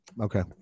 okay